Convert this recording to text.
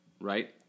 right